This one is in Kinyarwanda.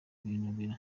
binubira